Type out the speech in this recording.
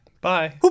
Bye